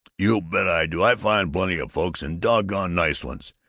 you bet i do! i find plenty of folks, and doggone nice ones,